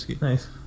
Nice